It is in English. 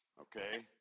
okay